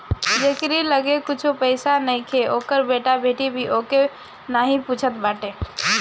जेकरी लगे कुछु पईसा नईखे ओकर बेटा बेटी भी ओके नाही पूछत बाटे